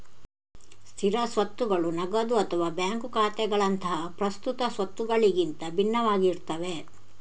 ಸ್ಥಿರ ಸ್ವತ್ತುಗಳು ನಗದು ಅಥವಾ ಬ್ಯಾಂಕ್ ಖಾತೆಗಳಂತಹ ಪ್ರಸ್ತುತ ಸ್ವತ್ತುಗಳಿಗಿಂತ ಭಿನ್ನವಾಗಿರ್ತವೆ